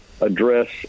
address